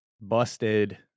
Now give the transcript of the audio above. Busted